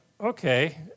okay